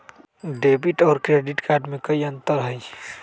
Debit और credit card में कई अंतर हई?